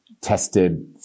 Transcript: tested